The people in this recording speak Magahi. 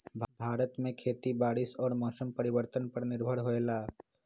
भारत में खेती बारिश और मौसम परिवर्तन पर निर्भर होयला